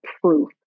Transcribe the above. proof